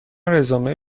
رزومه